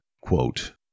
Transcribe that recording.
quote